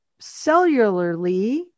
cellularly